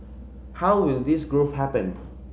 how will this growth happen